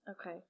Okay